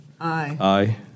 Aye